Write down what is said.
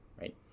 right